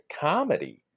comedy